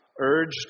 urged